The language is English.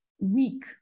weak